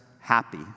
Happy